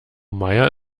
maier